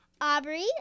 Aubrey